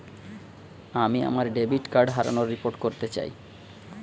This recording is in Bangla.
আমি আমার ডেবিট কার্ড হারানোর রিপোর্ট করতে চাই